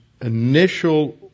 initial